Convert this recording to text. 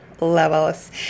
levels